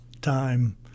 time